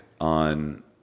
on